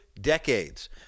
decades